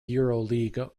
euroleague